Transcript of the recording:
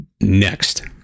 next